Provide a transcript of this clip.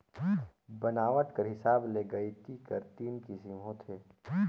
बनावट कर हिसाब ले गइती कर तीन किसिम होथे